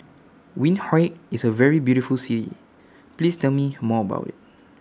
Windhoek IS A very beautiful City Please Tell Me More about IT